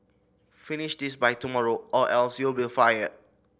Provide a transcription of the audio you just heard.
finish this by tomorrow or else you'll be fired